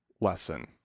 lesson